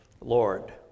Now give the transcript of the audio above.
Lord